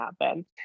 happen